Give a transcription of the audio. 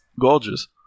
Gorgeous